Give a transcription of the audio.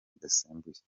bidasembuye